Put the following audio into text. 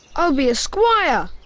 i'll be a squire!